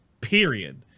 Period